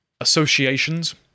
associations